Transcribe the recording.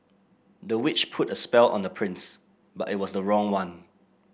the witch put a spell on the prince but it was the wrong one